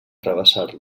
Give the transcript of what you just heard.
travessar